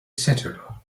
settler